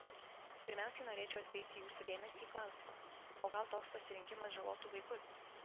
pirmiausiai norėčiau atkreipti jūsų dėmesį į klausimą o gal toks pasirinkimas žalotų vaikus